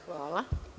Hvala.